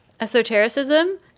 esotericism